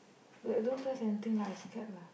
wait don't press anything lah I scared lah